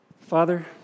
Father